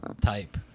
type